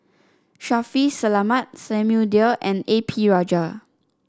Shaffiq Selamat Samuel Dyer and A P Rajah